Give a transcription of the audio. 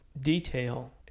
detail